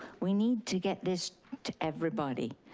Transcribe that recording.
we need to get this to everybody.